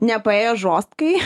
nepaėjo žostkai